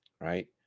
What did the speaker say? right